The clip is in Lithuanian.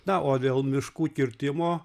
na o dėl miškų kirtimo